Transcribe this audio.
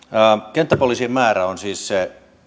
kenttäpoliisien määrä on siis se